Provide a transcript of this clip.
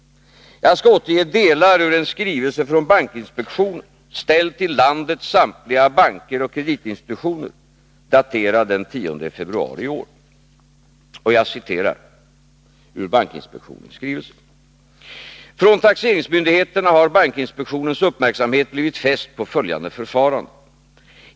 Jag skall återge delar ur en skrivelse från bankinspektionen ställd till landets samtliga banker och kreditinstitutioner och daterad den 10 februari i år: ”Från taxeringsmyndigheterna har bankinspektionens uppmärksamhet blivit fäst på följande förfarande.